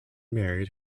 married